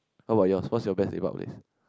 how about yours what is your best lepak place